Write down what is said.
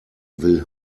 will